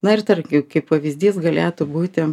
na ir tarkim kaip pavyzdys galėtų būti